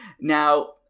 Now